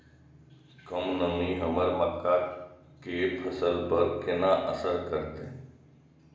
कम नमी हमर मक्का के फसल पर केना असर करतय?